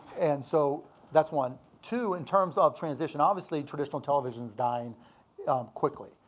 and so that's one. two, in terms of transition, obviously traditional television's dying quickly.